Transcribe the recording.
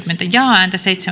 ja